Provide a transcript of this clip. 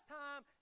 time